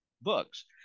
books